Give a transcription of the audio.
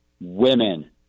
Women